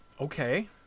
Okay